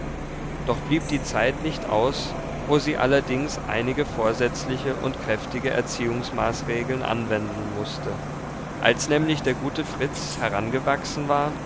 doch blieb die zeit nicht aus wo sie allerdings einige vorsätzliche und kräftige erziehungsmaßregeln anwenden mußte als nämlich der gute fritz herangewachsen war